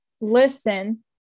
Listen